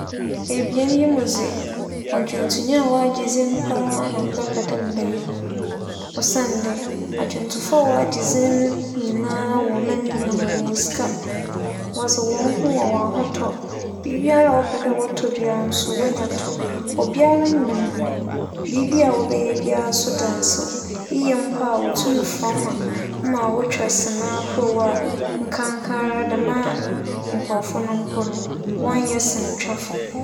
Ebien yi mu dze, ͻdwontonyi a ͻagye dzin paa na mebɛpɛ dɛ mebɛyɛ osiandɛ adwontofo a wͻagye dzin nyinara wͻ ͻman yi mu no wͻ sika. Wͻdze hͻnho wͻ ahotͻ, biribiara wͻpɛ dɛ wͻtͻ biara so wonya tͻ. Obiara nyim hͻn, biribiara wͻbɛyɛ biara so da nsew, eyɛ mpo a wotum frɛ hͻn ma wotwa sine ahorow a nkankaara dɛm nkorͻfo no mpo no wͻnnyɛ sinetwafo.